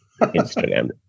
Instagram